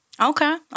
Okay